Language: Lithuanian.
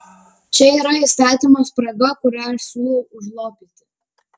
čia yra įstatymo spraga kurią aš siūlau užlopyti